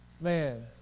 Man